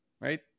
right